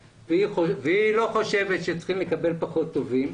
והיא לא חושבת שצריכים לקבל פחות טובים.